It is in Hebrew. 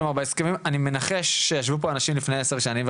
אני מנחש שישבו פה אנשים לפני עשר שנים,